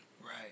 Right